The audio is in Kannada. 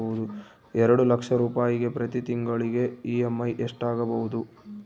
ಎರಡು ಲಕ್ಷ ರೂಪಾಯಿಗೆ ಪ್ರತಿ ತಿಂಗಳಿಗೆ ಇ.ಎಮ್.ಐ ಎಷ್ಟಾಗಬಹುದು?